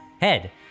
head